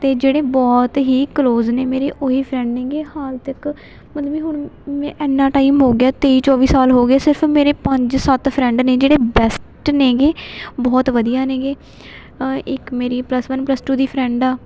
ਅਤੇ ਜਿਹੜੇ ਬਹੁਤ ਹੀ ਕਲੋਜ਼ ਨੇ ਮੇਰੇ ਉਹੀ ਫਰੈਂਡ ਨੇਗੇ ਹਾਲ ਤੱਕ ਮਤਲਬ ਵੀ ਹੁਣ ਮੈਂ ਇੰਨਾ ਟਾਈਮ ਹੋ ਗਿਆ ਤੇਈ ਚੌਵੀ ਸਾਲ ਹੋ ਗਏ ਸਿਰਫ ਮੇਰੇ ਪੰਜ ਸੱਤ ਫਰੈਂਡ ਨੇ ਜਿਹੜੇ ਬੈਸਟ ਨੇਗੇ ਬਹੁਤ ਵਧੀਆ ਨੇਗੇ ਇੱਕ ਮੇਰੀ ਪਲਸ ਵਨ ਪਲਸ ਟੂ ਦੀ ਫਰੈਂਡ ਆ